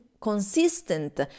consistent